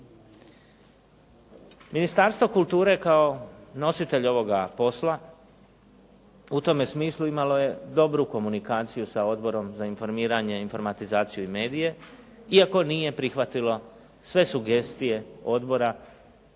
Ministarstvo kulture kao nositelj ovoga posla u tome smislu imalo je dobru komunikaciju sa Odborom za informiranje, informatizaciju i medije, iako nije prihvatilo sve sugestije odbora